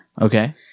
Okay